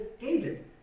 David